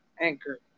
anchor